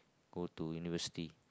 go to university